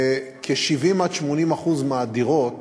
70% 80% מהדירות